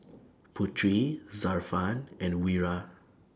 Putri Zafran and Wira